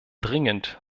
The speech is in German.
dringend